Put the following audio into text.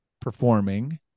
performing